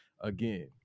Again